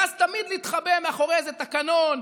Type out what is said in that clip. ואז תמיד להתחבא מאחורי איזה תקנון,